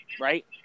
right